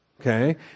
Okay